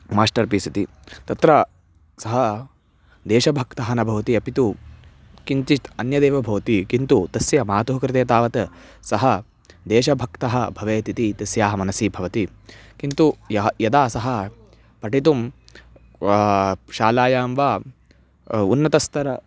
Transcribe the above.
master peace इति तत्र सः देशभक्तः न भवति अपि तु किञ्चित् अन्यदेव भवति किन्तु तस्य मातुः कृते तावत् सः देशभक्तः भवेत् इति तस्याः मनसि भवति किन्तु यदा सः पठितुं वा शालायां वा उन्नतस्तरं